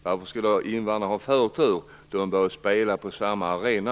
Varför skall då invandrarna ha förtur? De bör spela på samma arena!